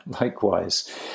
likewise